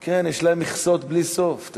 כן, יש להם מכסות בלי סוף.